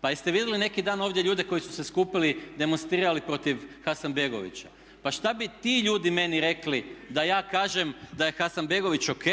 Pa jeste vidjeli neki dan ovdje ljude koji su se skupili i demonstrirali protiv Hasanbegovića? Pa šta bi ti ljudi meni rekli da ja kažem da je Hasanbegović ok?